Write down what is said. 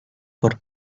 por